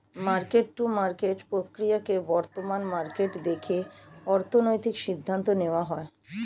market to market প্রক্রিয়াতে বর্তমান market দেখে অর্থনৈতিক সিদ্ধান্ত নেওয়া হয়